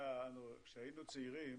כשהיינו צעירים